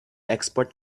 export